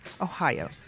Ohio